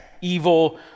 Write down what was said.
evil